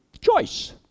choice